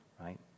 right